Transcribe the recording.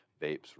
vapes